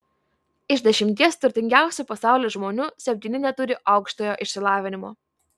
iš dešimties turtingiausių pasaulio žmonių septyni neturi aukštojo išsilavinimo